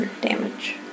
damage